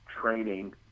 training